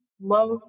love